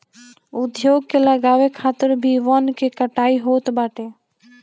उद्योग के लगावे खातिर भी वन के कटाई होत बाटे